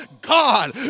God